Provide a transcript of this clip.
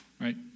right